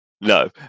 No